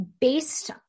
based